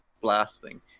blasting